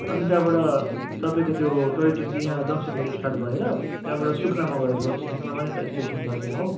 अनि त्यहाँबाट तपाईँको त्यो टय ट्रेन चाहिँ यहाँ जङ्सनबाट स्टार्ट भएर त्यहाँबाट सुकनामा गएर रोक्छ सुकनामा नि एउटा स्टेसन छ त्यहाँ हो